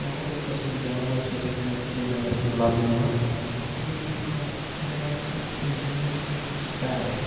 وَحدت قٕسمٕکۍ جاناوَار چھِ یَتھ سٲنِس سرینَگرَس منٛز لَبنہٕ یِوان یِمو منٛز اَکھ بیٛاکھ چھِ سُہ زوٗنٹھ آسان سٕپٮ۪رو